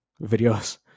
videos